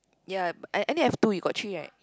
yea but I only have two you got three right